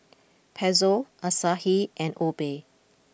Pezzo Asahi and Obey